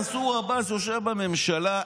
כשמנסור עבאס יושב בממשלה,